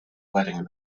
wedding